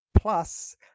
Plus